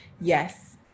Yes